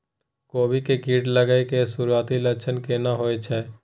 कोबी में कीट लागय के सुरूआती लक्षण केना होय छै